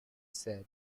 said